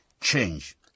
change